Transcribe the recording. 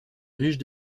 riche